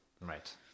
right